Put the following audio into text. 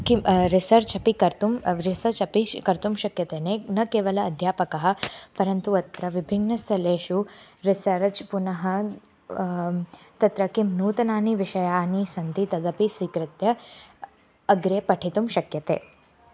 किं रिसर्च् अपि कर्तुं रिसर्च् अपि श् कर्तुं शक्यते नै न केवलम् अध्यापकः परन्तु अत्र विभिन्नस्थलेषु रिसर्च् पुनः तत्र किं नूतनाः विषयाः सन्ति तदपि स्वीकृत्य अग्रे पठितुं शक्यते